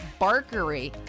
Barkery